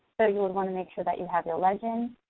you would wanna make sure that you have your legend.